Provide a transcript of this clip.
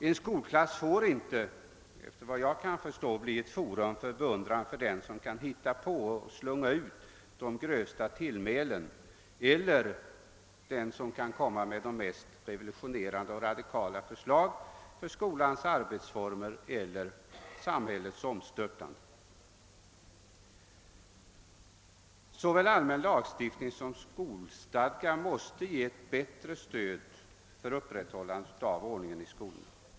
En skolklass får inte, efter vad jag kan förstå, bli ett forum för beundran för den som kan slunga ut de grövsta tillmälena eller kläcka de mest revolutionerande och radikala förslagen i fråga om skolans arbetsformer eller samhällets omstörtande. Såväl allmän lagstiftning som skolstadga måste ge ett bättre stöd åt upprätthållande av ordning i skolan.